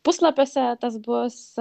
puslapiuose tas bus